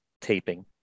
Taping